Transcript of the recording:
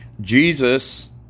jesus